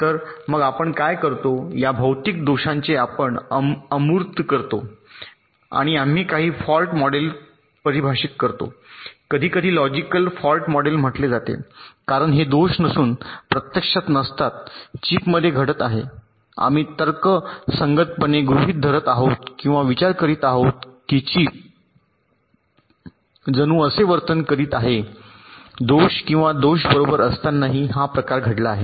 तर मग आपण काय करतो या भौतिक दोषांचे आपण अमूर्त करतो आणि आम्ही काही फॉल्ट मॉडेल्स परिभाषित करतो कधीकधी लॉजिकल फॉल्ट मॉडेल म्हटले जाते कारण हे दोष नसून प्रत्यक्षात नसतात चिपमध्ये घडत आहे आम्ही तर्कसंगतपणे गृहीत धरत आहोत किंवा विचार करीत आहेत की चिप जणू असे वर्तन करीत आहे दोष किंवा हा दोष बरोबर असतानाही हा प्रकार घडला आहे